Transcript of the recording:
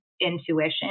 intuition